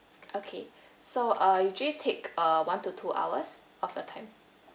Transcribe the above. okay so usually take uh one to two hours of the time